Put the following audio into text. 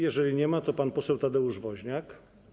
Jeżeli nie ma, to pan poseł Tadeusz Woźniak.